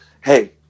hey